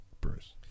Bruce